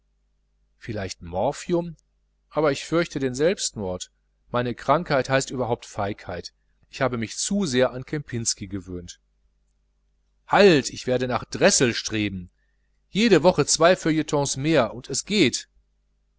vielleicht morphium aber ich fürchte den selbstmord meine krankheit heißt überhaupt feigheit ich habe mich zu sehr an kempinsky gewöhnt halt ich werde nach dressel streben jede woche zwei feuilletons mehr und es geht